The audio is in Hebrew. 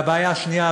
הבעיה השנייה,